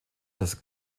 das